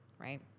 right